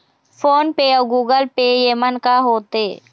Phone पे अउ Google Pay येमन का होते?